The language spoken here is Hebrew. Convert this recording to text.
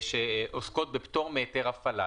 שעוסקות בפטור מהיתר הפעלה,